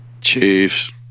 Chiefs